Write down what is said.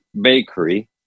bakery